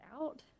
out